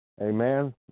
Amen